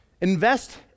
Invest